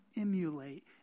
emulate